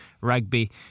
rugby